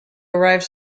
arrive